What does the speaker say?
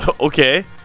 okay